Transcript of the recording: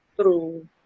True